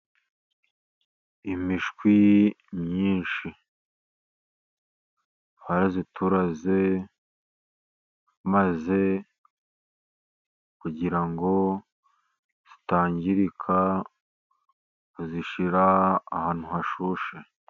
Imishwi myinshi ,twarayituraze . Maze kugira ngo itangirika , tuyishyira ahantu hashyushye.